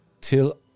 till